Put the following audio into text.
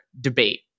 debate